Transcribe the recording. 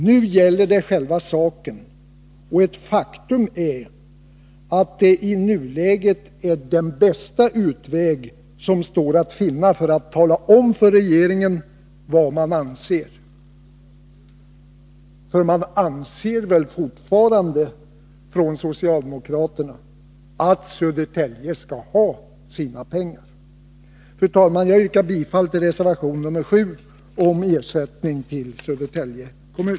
Nu gäller det själva sakfrågan, och ett faktum är att reservationen i nuläget är den bästa utväg som står att finna för att tala om för regeringen vad man anser — för man anser väl fortfarande från socialdemokratiskt håll att Södertälje skall ha sina pengar? Fru talman! Jag yrkar bifall till reservation 7 om ersättning till Södertälje kommun.